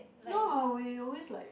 no we always like